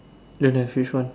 don't have which one